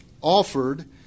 offered